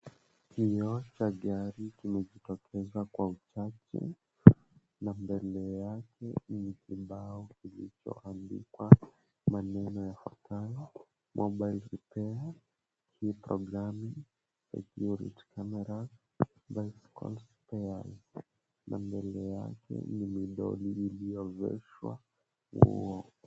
Kinywa cha gari kimejitokeza kwa uchache na mbele yake ni kibao kilichoandikwa maneno yafuatayo, Mobile Repair, Key Programming, Security Camera, Bicycle Spares, na mbele yake ni midoli iliyoveshwa nguo.